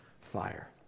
fire